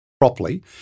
properly